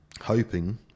hoping